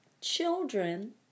children